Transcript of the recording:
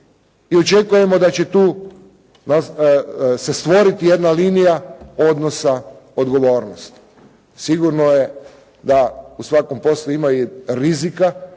i očekujemo da će tu se stvoriti jedna linija odnosa odgovornosti. Sigurno je da u svakom poslu ima i rizika